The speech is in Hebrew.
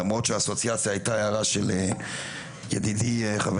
למרות שהאסוציאציה הייתה הערה של ידידי חבר